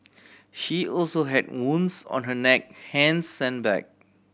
she also had wounds on her neck hands and back